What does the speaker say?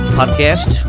podcast